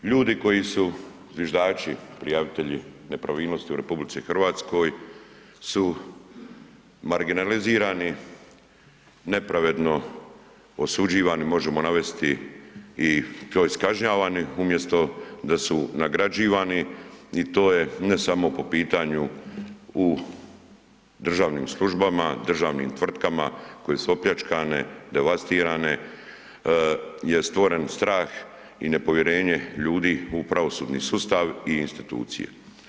Ljudi koju su zviždači, prijavitelji nepravilnosti u RH su marginalizirani, nepravedno osuđivani, možemo navesti i kao i kažnjavani umjesto da su nagrađivani i to je ne samo po pitanju u državnim službama, državnim tvrtkama koje su opljačkane, devastirane je stvoren strah i nepovjerenje ljudi u pravosudni sustav i institucije.